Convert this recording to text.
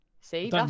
See